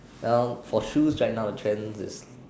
well for shoes right now the trend is